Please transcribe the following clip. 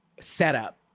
setup